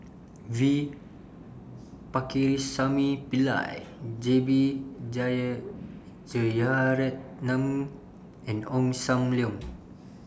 V Pakirisamy Pillai J B Jeyaretnam and Ong SAM Leong